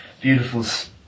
beautiful